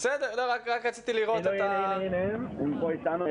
הם פה אתנו.